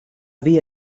día